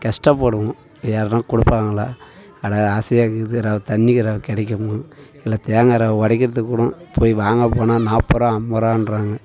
கஷ்டப்படுவோம் யாருனால் கொடுப்பாங்களா அட ஆசையாருக்குது ரவை தண்ணி ரவை கிடைக்குமா இல்லை தேங்காய் ரவ உடைக்கிறதுக்கு கூடம் போய் வாங்கப் போனால் நாற்பது ரூபா ஐம்பது ரூபான்றாங்க